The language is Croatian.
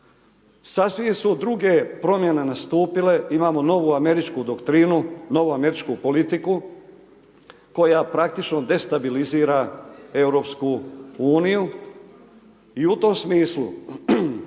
Sasvim su druge promjene nastupile, imamo novu američku doktrinu, novu američku politiku koja praktično destabilizira EU i u tom smislu